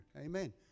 Amen